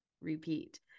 Repeat